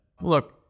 Look